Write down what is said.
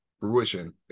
fruition